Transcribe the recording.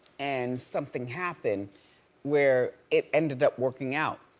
and something happened where it ended up working out.